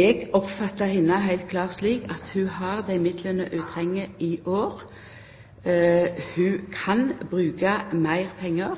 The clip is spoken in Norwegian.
Eg oppfattar ho heilt klart slik at ho har dei midlane ho treng i år. Ho kan bruka meir pengar,